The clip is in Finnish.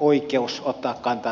oikeus ottaa kantaa tähän harjoitukseen